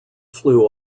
flew